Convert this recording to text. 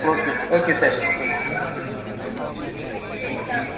okay okay sir ಹ್ಞೂ ಹ್ಞೂ ಹ್ಞೂ ಹ್ಞೂ